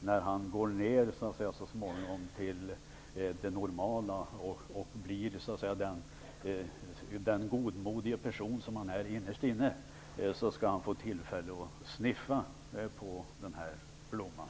När han så att säga går ned till det normala igen och blir den godmodige person som han innerst inne är skall han få tillfälle att sniffa på den här blomman.